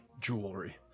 jewelry